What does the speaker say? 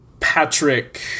Patrick